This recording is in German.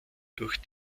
durch